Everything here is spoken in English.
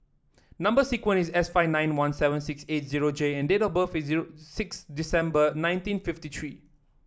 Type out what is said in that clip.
number sequence is S five nine one seven six eight zero J and date of birth is zero six December nineteen fifty three